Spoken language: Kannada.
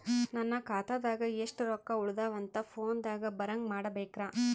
ನನ್ನ ಖಾತಾದಾಗ ಎಷ್ಟ ರೊಕ್ಕ ಉಳದಾವ ಅಂತ ಫೋನ ದಾಗ ಬರಂಗ ಮಾಡ ಬೇಕ್ರಾ?